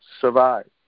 survive